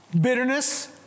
Bitterness